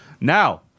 Now